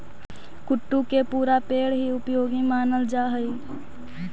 कुट्टू के पुरा पेड़ हीं उपयोगी मानल जा हई